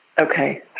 Okay